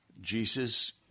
Jesus